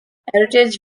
heritage